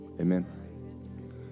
Amen